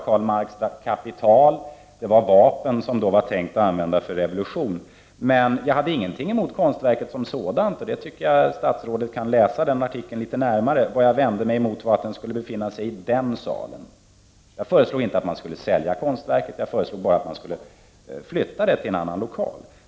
Karl Marx Kapital och vapnen som var avsedda att användas vid revolution. Men jag har ingenting emot konstverket som sådant. Jag tycker att statsrådet borde läsa artikeln litet närmare. Jag vände mig emot att konstverket hängde just i den lokalen. Jag föreslog inte att konstverket skulle säljas, utan bara att det skulle flyttas till en annan lokal.